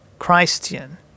christian